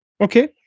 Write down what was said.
Okay